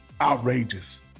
outrageous